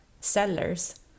sellers